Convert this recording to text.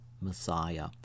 Messiah